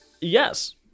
Yes